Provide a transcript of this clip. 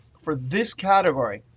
for this category,